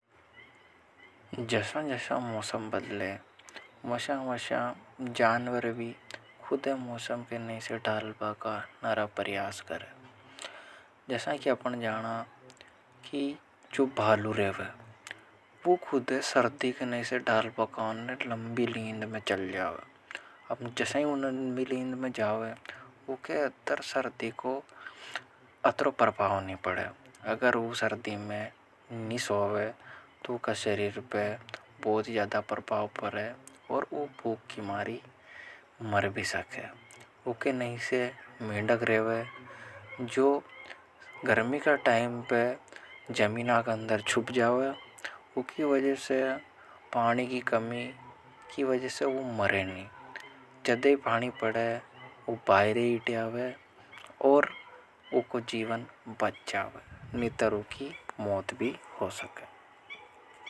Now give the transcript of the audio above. जैसा जैसा मौसम बदले। वशाव वशाव जानवर भी खुद मौसम के नई से डालबा का नरा परियास करें जैसा कि अपने जाना कि जो भालू रहे वे वो खुद सर्दी के नई से डालबा का उन्हें लंबी लींद में चल जाओ। अब जैसा ही उन्हें लंबी लींद में जाओ वे उके अतर सर्दी को अत्रो परभाव नहीं पड़े अगर उस सर्दी में नहीं सोवे तो उका शरीर पे बहुत ज़्यादा परभाव पर है और उ भूख की मारी मर भी सके उके नई से मेढक रेवे। जो गर्मी का टाइम पर जमीना का अंदर छुप जावे उकी वज़े से पानी की कमी की वज़े से उ मरे नहीं जदे पानी पड़े उ बायरे इटे आवे और उको जीवन बच जावे नितर उकी मौत भी हो सके। जो गर्मी का टाइम पर जमीनाक अंदर छुप जाओगे वो की वज़े से पानी की कमी की वज़े से वो मरे नहीं जदे पानी पड़े वो बाइरे इटे आओगे और वो को जीवन बच जाओगे नितरों की मौत भी हो सके।